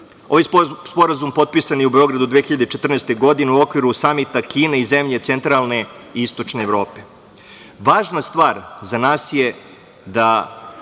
Ovaj sporazum potpisan je u Beogradu 2014. godine, u okviru samita Kine i zemlje centralne i istočne Evrope. Važna stvar za nas je da